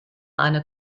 eine